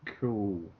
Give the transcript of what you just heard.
Cool